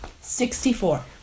Sixty-four